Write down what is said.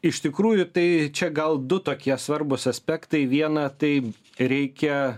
iš tikrųjų tai čia gal du tokie svarbūs aspektai viena tai reikia